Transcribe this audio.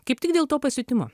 kaip tik dėl to pasiutimo